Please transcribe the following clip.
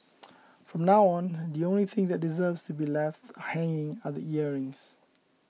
from now on the only thing that deserves to be left hanging are the earrings